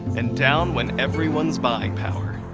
and down went everyone's buying power.